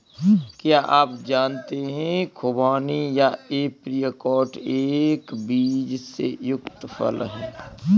क्या आप जानते है खुबानी या ऐप्रिकॉट एक बीज से युक्त फल है?